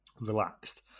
relaxed